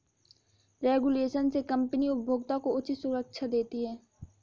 regulation से company उपभोक्ता को उचित सुरक्षा देती है